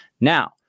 Now